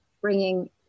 bringing